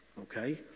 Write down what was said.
Okay